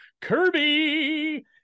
Kirby